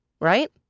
Right